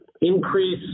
increase